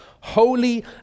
holy